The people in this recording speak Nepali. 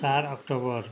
चार अक्टोबर